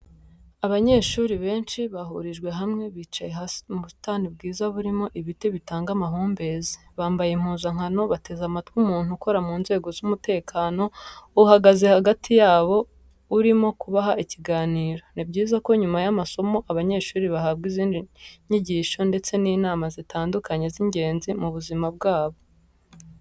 Abanyeshuri benshi bahurijwe hamwe bicaye hasi mu busitani bwiza burimo ibiti bitanga amahumbezi, bambaye impuzankano bateze amatwi umuntu ukora mu nzego z'umutekano uhagaze hagati yabo urimo kubaha ikiganiro. Ni byiza ko nyuma y'amasomo abanyeshuri bahabwa izindi nyigisho ndetse n'inama zitandukanye z'ingenzi mu buzima bwabo.